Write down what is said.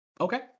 Okay